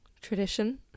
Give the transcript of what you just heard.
tradition